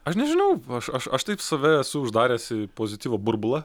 aš nežinau aš aš aš taip save esu uždaręs į pozityvo burbulą